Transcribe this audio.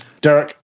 Derek